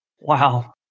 Wow